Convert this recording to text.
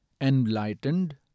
enlightened